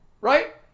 Right